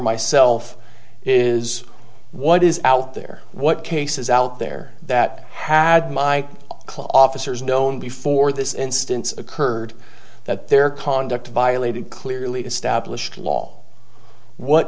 myself is what is out there what cases out there that had my officers known before this instance occurred that their conduct violated clearly established law what